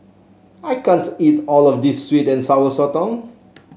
I can't eat all of this sweet and Sour Sotong